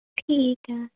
ਠੀਕ ਆ